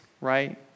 right